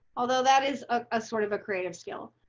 although that is a sort of a creative skill,